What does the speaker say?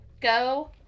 Go